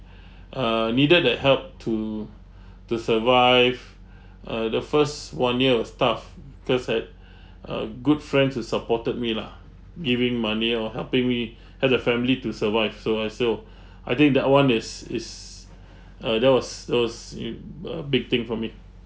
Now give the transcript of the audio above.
uh needed that help to to survive uh the first one year or stuff cause had uh good friends who supported me lah giving money or helping me helped the family to survive so and so I think that one is is uh that was that was in uh big thing for me